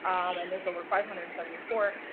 um and there's over five hundred and seventy four,